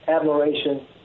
Admiration